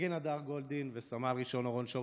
סגן הדר גולדין וסמל ראשון אורון שאול